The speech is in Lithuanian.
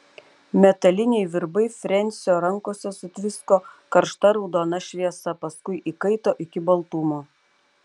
metaliniai virbai frensio rankose sutvisko karšta raudona šviesa paskui įkaito iki baltumo